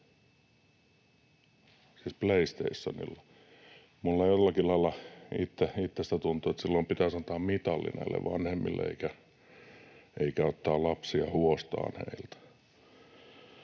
siis PlayStationilla. Minusta jollakin tavalla itsestäni tuntui, että silloin pitäisi antaa mitali näille vanhemmille eikä ottaa lapsia huostaan heiltä.